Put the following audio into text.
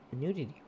nudity